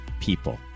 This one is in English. people